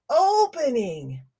opening